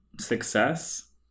success